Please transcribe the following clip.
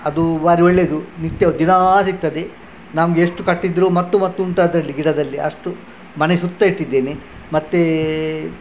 ಅದು ಭಾರಿ ಒಳ್ಳೇದು ನಿತ್ಯ ದಿನಾ ಸಿಗ್ತದೆ ನಮಗೆ ಎಷ್ಟು ಕಟ್ಟಿದರು ಮತ್ತು ಮತ್ತು ಉಂಟು ಅದರಲ್ಲಿ ಗಿಡದಲ್ಲಿ ಅಷ್ಟು ಮನೆ ಸುತ್ತ ಇಟ್ಟಿದ್ದೇನೆ ಮತ್ತೇ